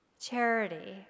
Charity